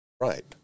Right